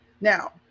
Now